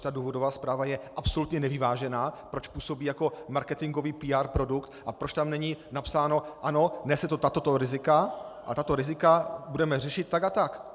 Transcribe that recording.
Proč důvodová zpráva je absolutně nevyvážená, proč působí jako marketingový PR produkt, a proč tam není napsáno ano, nese to tato rizika a tato rizika budeme řešit tak a tak.